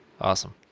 Awesome